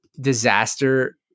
disaster